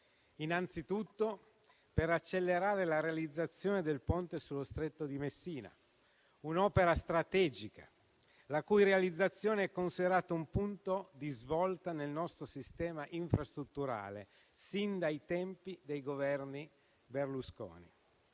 innanzitutto per accelerare la realizzazione del Ponte sullo Stretto di Messina, un'opera strategica la cui realizzazione è considerata un punto di svolta nel nostro sistema infrastrutturale sin dai tempi dei Governi Berlusconi;